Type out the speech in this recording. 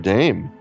Dame